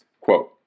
Quote